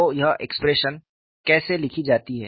तो यह एक्सप्रेशन कैसे लिखी जाती है